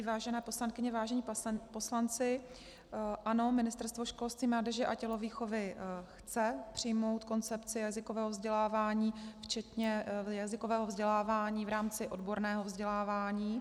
Vážené poslankyně, vážení poslanci, ano, Ministerstvo školství, mládeže a tělovýchovy chce přijmout koncepci jazykového vzdělávání včetně jazykového vzdělávání v rámci odborného vzdělávání.